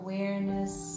Awareness